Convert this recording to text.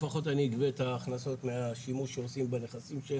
לפחות אני אגבה את ההכנסות מהשימוש שעושים בנכסים.